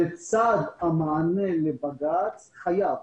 שלצד המענה לבג"ץ חייב